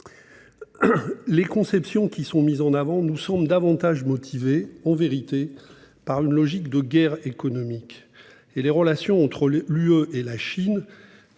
Les conceptions qui sont mises en avant nous semblent davantage motivées, en vérité, par une logique de guerre économique. La façon dont les relations entre l'Union